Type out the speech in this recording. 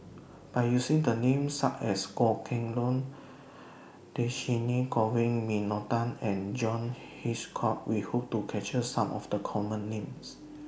By using The Names such as Goh Kheng Long Dhershini Govin Winodan and John Hitchcock We Hope to capture Some of The Common Names